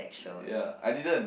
ya I didn't